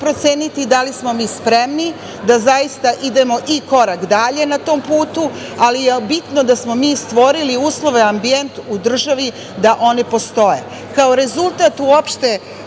da li smo mi spremni da zaista idemo i korak dalje na tom putu, ali je bitno da smo mi stvorili uslove, ambijent u državi da oni postoje. Kao rezultat uopšte